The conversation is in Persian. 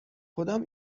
کدام